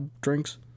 Drinks